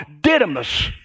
Didymus